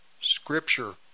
scripture